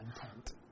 content